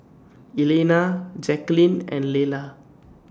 Elaina Jacquelyn and Lella